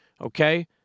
Okay